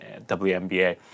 WNBA